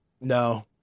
No